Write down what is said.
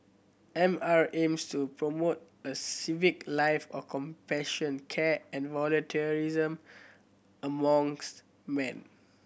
M R aims to promote a civic life of compassion care and volunteerism amongst man